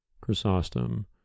Chrysostom